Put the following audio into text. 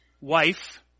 wife